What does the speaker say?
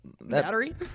Battery